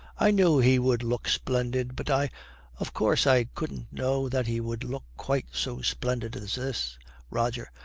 i knew he would look splendid but i of course i couldn't know that he would look quite so splendid as this roger.